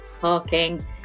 parking